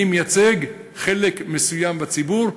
אני מייצג חלק מסוים בציבור,